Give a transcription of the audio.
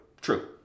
True